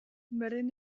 berdin